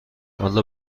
والا